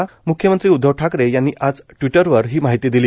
म्ख्यमंत्री उद्धव ठाकर यांनी आज ट्वीटरवर ही माहिती दिली